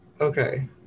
Okay